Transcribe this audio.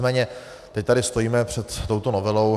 Nicméně teď tady stojíme před touto novelou.